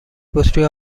بطری